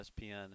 ESPN